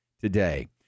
today